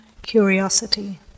curiosity